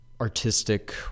artistic